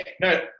no